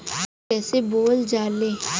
कईसे बोवल जाले?